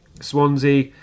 Swansea